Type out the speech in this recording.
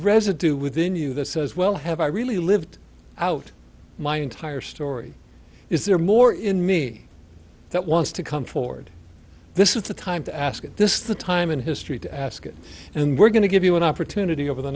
residue within you this says well have i really lived out my entire story is there more in me that wants to come forward this is the time to ask you this is the time in history to ask and we're going to give you an opportunity over the